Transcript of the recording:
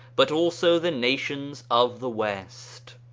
but also the nations of the west.